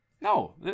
No